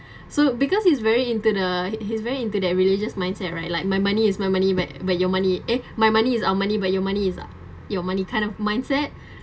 so because he's very into the he he's very into that religious mindset right like my money is my money where where your money eh my money is our money but your money is uh your money kind of mindset